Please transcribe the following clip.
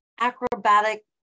acrobatic